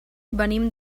venim